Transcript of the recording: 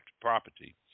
property